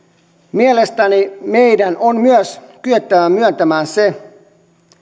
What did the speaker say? mielestäni meidän on kyettävä myöntämään myös se